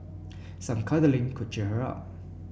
some cuddling could cheer her up